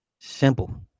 Simple